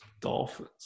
Dolphins